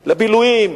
לביל"ויים,